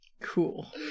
Cool